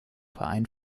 verein